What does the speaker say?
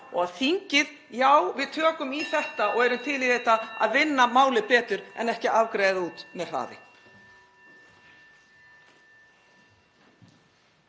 að þingið — já, við tökum í þetta og erum til í að vinna málið betur en ekki afgreiða það út með hraði.